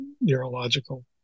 neurological